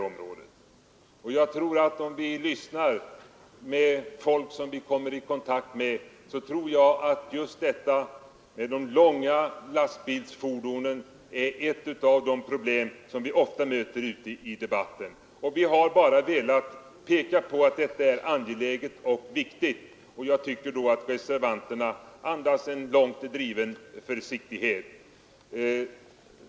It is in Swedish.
Om vi lyssnar till folk som vi kommer i kontakt med skall vi, tror jag, finna att detta med de långa lastbilskombinationerna är ett av de problem man oftast möter och som väcker oro. Från utskottsmajoritetens sida har vi velat peka på att detta är angeläget och viktigt, och jag tycker att reservationen 1 andas en långt driven försiktighet.